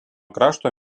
krašto